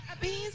Beans